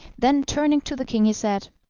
then, turning to the king, he said